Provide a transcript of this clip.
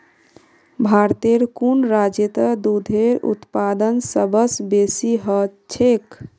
भारतेर कुन राज्यत दूधेर उत्पादन सबस बेसी ह छेक